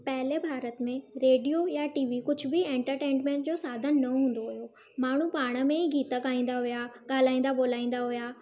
पहले भारत में रेडियो या टीवी कुझु बि एंटरटेनमेंट जो साधनु न हूंदो हुयो माण्हू पाण में ई गीत ॻाईंदा हुया ॻाल्हाईंदा ॿोल्हाईंदा हुया